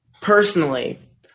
personally